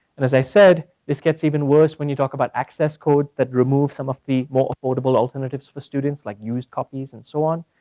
and as i said, this gets even worse when you talk about access codes that remove some of the more affordable alternatives for students like used copies and so on.